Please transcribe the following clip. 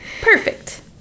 Perfect